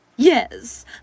Yes